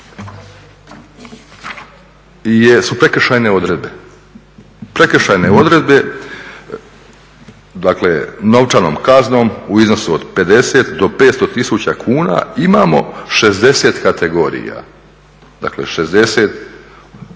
prijedlogu su prekršajne odredbe. Dakle novčanom kaznom u iznosu od 50 do 500 tisuća kuna imamo 60 kategorija, dakle 60